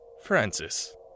Francis